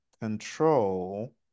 control